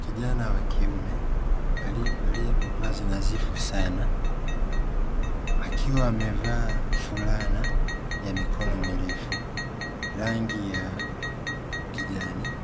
Kijana wa kiume aliyevalia mavazi nadhifu sana, akiwa amevaa fulana ya mikono mirefu rangi ya kijani